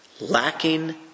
lacking